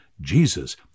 Jesus